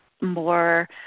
more